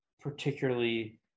particularly